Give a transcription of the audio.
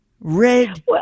red